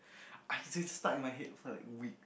I can say stuck in my head for like a week